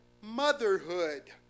motherhood